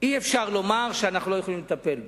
שאי-אפשר לומר שאנחנו לא יכולים לטפל בה.